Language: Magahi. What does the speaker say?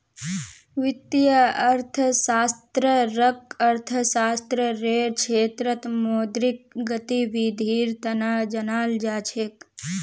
वित्तीय अर्थशास्त्ररक अर्थशास्त्ररेर क्षेत्रत मौद्रिक गतिविधीर तना जानाल जा छेक